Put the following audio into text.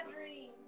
dream